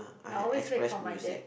I always wait for my dad